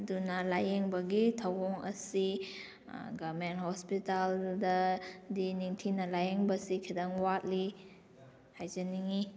ꯑꯗꯨꯅ ꯂꯥꯏꯌꯦꯡꯕꯒꯤ ꯊꯧꯑꯣꯡ ꯑꯁꯤ ꯒꯔꯃꯦꯟ ꯍꯣꯁꯄꯤꯇꯥꯜꯗꯗꯤ ꯅꯤꯡꯊꯤꯅ ꯂꯥꯏꯌꯦꯡꯕꯁꯤ ꯈꯤꯇꯪ ꯋꯥꯠꯂꯤ ꯍꯥꯏꯖꯅꯤꯡꯏ